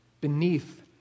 beneath